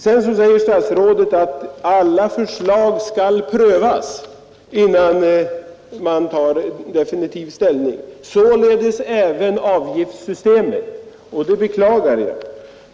Sedan säger statsrådet att alla förslag skall prövas innan man tar definitiv ställning, således även avgiftssystemet. Det beklagar jag.